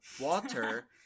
water